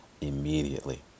immediately